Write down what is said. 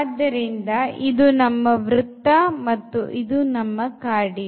ಆದ್ದರಿಂದ ಇದು ನಮ್ಮ ವೃತ್ತ ಮತ್ತು ಇದು ನಮ್ಮ cardioid